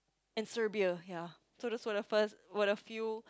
and Serbia ya so those were the first were the few